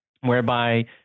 whereby